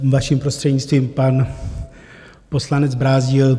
Vaším prostřednictvím, pan poslanec Brázdil.